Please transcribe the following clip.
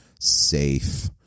safe